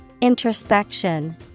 Introspection